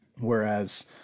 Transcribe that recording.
Whereas